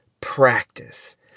practice